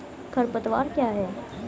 खरपतवार क्या है?